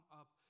up